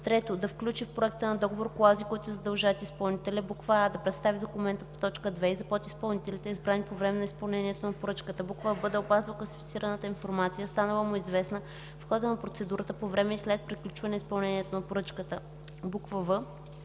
3. да включи в проекта на договор клаузи, които задължават изпълнителя: а) да представи документа по т. 2 и за подизпълнителите, избрани по време на изпълнението на поръчката; б) да опазва класифицираната информация, станала му известна в хода на процедурата, по време и след приключване изпълнението на поръчката; в) в